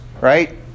right